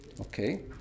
Okay